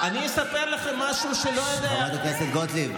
אבל אני אספר לכם משהו שלא, חברת הכנסת גוטליב.